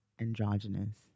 androgynous